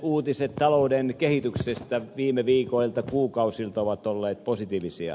uutiset talouden kehityksestä viime viikoilta kuukausilta ovat olleet positiivisia